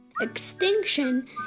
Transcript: Extinction